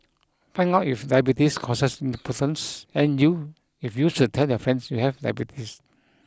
find out if diabetes causes impotence and you if you should tell your friends you have diabetes